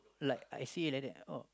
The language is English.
like I see it like that oh